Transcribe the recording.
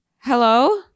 Hello